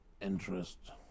interest